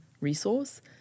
resource